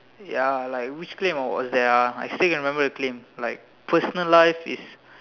ya like which claim was that ah I still can remember the claim like personal life is